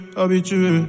habitué